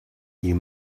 you